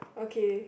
okay